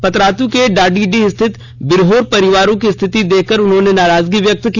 पतरातू के डाडीडीह स्थित बिरहोर परिवारों की स्थिति देखकर उन्होंने नाराजगी भी व्यक्त की